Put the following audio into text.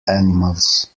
animals